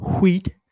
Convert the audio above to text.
wheat